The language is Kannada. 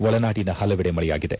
ಒಳನಾಡಿನ ಹಲವೆಡೆ ಮಳೆಯಾಗಿದೆ